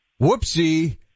whoopsie